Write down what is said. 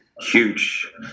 Huge